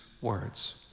words